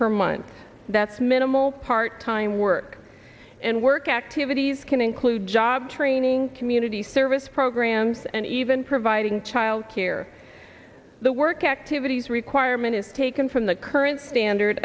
per month that's minimal part time work and work activities can include job training community service programs and even providing childcare the work activities requirement is taken from the current standard